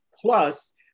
Plus